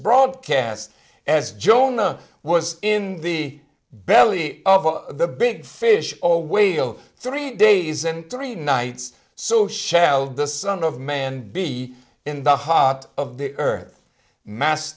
broadcast as jonah was in the belly of the big fish always will three days and three nights so shall the son of man be in the hot of the earth mass